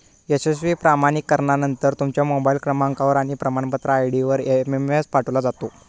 यशस्वी प्रमाणीकरणानंतर, तुमच्या मोबाईल क्रमांकावर आणि प्रमाणपत्र आय.डीवर एसएमएस पाठवलो जाता